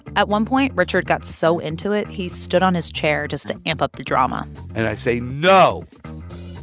at one point, richard got so into it he stood on his chair just to amp up the drama and i say, no